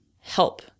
help